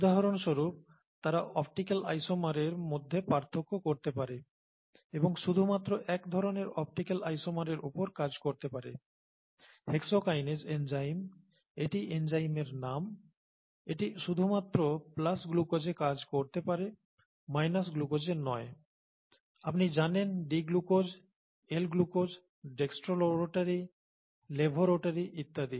উদাহরণস্বরূপ তারা অপটিক্যাল আইসোমারের মধ্যে পার্থক্য করতে পারে এবং শুধুমাত্র এক ধরনের অপটিক্যাল আইসোমারের উপর কাজ করতে পারে হেক্সোকাইনেজ এনজাইম এটি এনজাইমের নাম এটি শুধুমাত্র প্লাস গ্লুকোজে কাজ করতে পারে মাইনাস গ্লুকোজে নয় আপনি জানেন D glucose L glucose dextro rotary rotary levo rotary ইত্যাদি